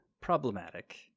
problematic